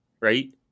right